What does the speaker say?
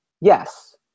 yes